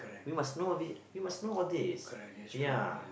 you must know a bit you must know all this ya